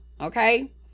Okay